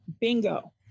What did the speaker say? bingo